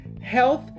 health